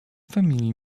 family